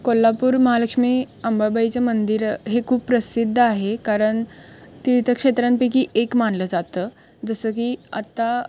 कोल्हापूर महालक्ष्मी अंबाबाईचं मंदिर हे खूप प्रसिद्ध आहे कारण तीर्थक्षेत्रांपैकी एक मानलं जातं जसं की आता